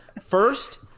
first